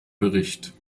bericht